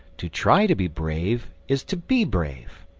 to try to be brave is to be brave.